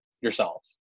yourselves